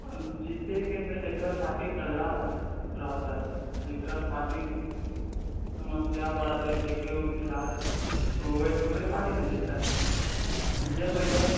जीतय के तऽ जकर पार्टी तगड़ा रहतै जकर पार्टी समस्या पर एतै देखै ऊखैलए ऊहे ओकरे पार्टी ने जीततै आब जे बैठल